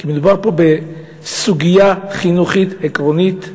כי מדובר פה בסוגיה חינוכית עקרונית,